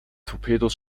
torpedos